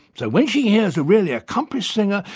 so when she hears a really accomplished singer,